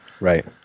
right